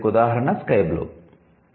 దీనికి ఉదాహరణ 'sky blue'